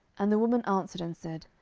and the woman answered and said,